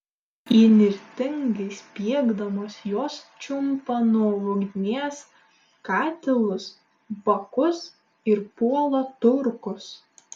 įnirtingai spiegdamos jos čiumpa nuo ugnies katilus bakus ir puola turkus